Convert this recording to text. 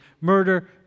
murder